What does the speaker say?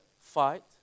fight